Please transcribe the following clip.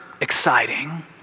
exciting